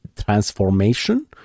transformation